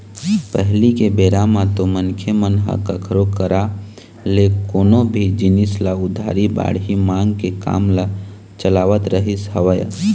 पहिली के बेरा म तो मनखे मन ह कखरो करा ले कोनो भी जिनिस ल उधारी बाड़ही मांग के काम ल चलावत रहिस हवय